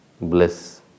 bliss